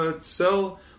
sell